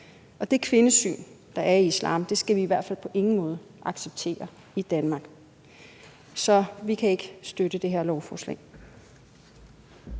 Og det kvindesyn, der er i islam, skal vi i hvert fald på ingen måde acceptere i Danmark. Så vi kan ikke støtte det her lovforslag.